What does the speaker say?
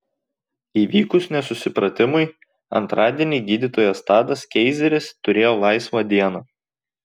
įvykus nesusipratimui antradienį gydytojas tadas keizeris turėjo laisvą dieną